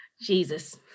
Jesus